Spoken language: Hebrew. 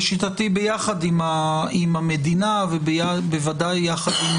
לשיטתי ביחד עם הממשלה ויחד עם